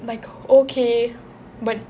like okay but